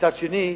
מצד שני,